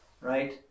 right